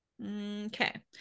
Okay